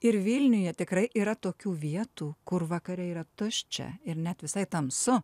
ir vilniuje tikrai yra tokių vietų kur vakare yra tuščia ir net visai tamsu